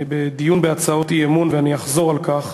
בדיון בהצעות אי-אמון, ואני אחזור על כך,